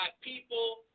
people